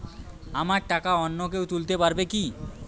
আমার টাকা অন্য কেউ তুলতে পারবে কি?